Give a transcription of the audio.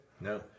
No